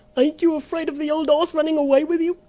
ain't you afraid of the old oss running away with you?